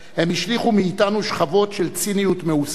הם השליכו מאתנו שכבות של ציניות מעושה,